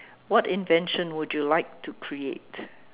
what invention would you like to create